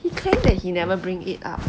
he claimed that he never bring it out